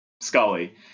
Scully